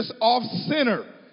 off-center